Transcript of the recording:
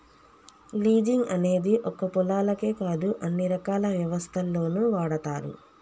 leasing అనేది ఒక్క పొలాలకే కాదు అన్ని రకాల వ్యవస్థల్లోనూ వాడతారు